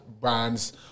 brands